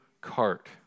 cart